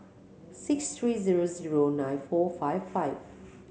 six three zero zero nine four five five